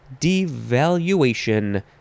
Devaluation